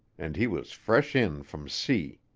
and he was fresh in from sea.